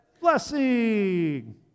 blessing